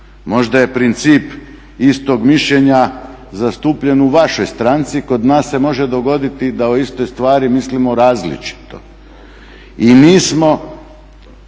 Možda je princip istog mišljenja zastupljen u vašoj stranci, kod nas se može dogoditi da o istoj stvari mislimo različito. I nismo